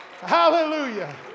hallelujah